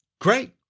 Great